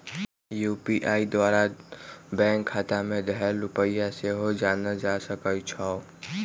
UPI द्वारा bank खता में धएल रुपइया सेहो जानल जा सकइ छै